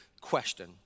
question